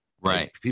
right